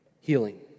Healing